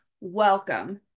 welcome